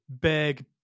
big